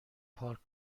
پارک